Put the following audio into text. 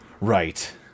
Right